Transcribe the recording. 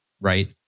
right